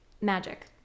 magic